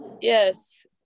Yes